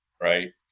Right